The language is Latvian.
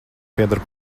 pieder